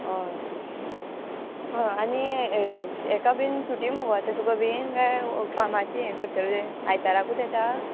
होय होय आनी एका बीन सुटी मुगो आतां तुका बीन काय फामाचें हें करतलें आयताराकूत येता